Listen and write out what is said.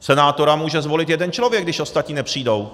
Senátora může zvolit jeden člověk, když ostatní nepřijdou.